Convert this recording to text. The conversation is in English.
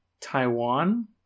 Taiwan